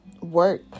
work